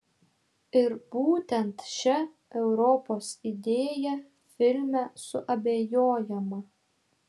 ir būtent šia europos idėja filme suabejojama